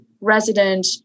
resident